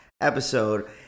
episode